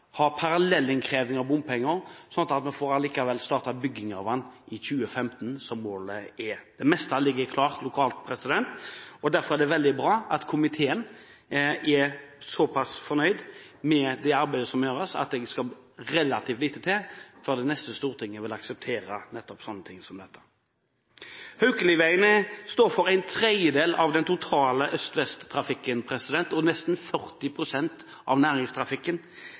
ha parallellinnkreving av bompenger – sånn at en likevel får startet bygging av den i 2015, som målet er. Det meste ligger klart lokalt. Derfor er det veldig bra at komiteen er såpass fornøyd med det arbeidet som gjøres, at det skal relativt lite til før det neste stortinget kan akseptere dette. Veien over Haukeli står for en tredjedel av den totale øst–vest-trafikken og for nesten 40 pst. av næringstrafikken.